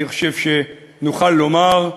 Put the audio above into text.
אני חושב שנוכל לומר,